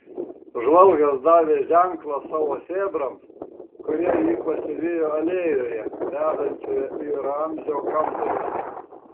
žvalgas davė ženklą savo sėbrams kurie jį pasivijo alėjoje vedančioje į ramzio kambarius